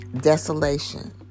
desolation